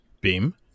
Beam